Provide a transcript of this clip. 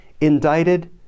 indicted